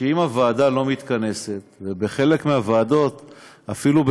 ובחלק מהוועדות אפילו,